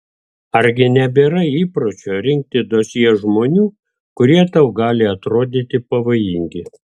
argi nebėra įpročio rinkti dosjė žmonių kurie tau gali atrodyti pavojingi